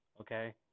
okay